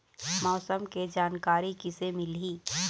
मौसम के जानकारी किसे मिलही?